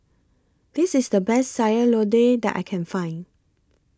This IS The Best Sayur Lodeh that I Can Find